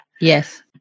Yes